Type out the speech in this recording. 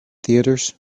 theatres